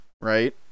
right